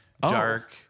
dark